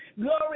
glory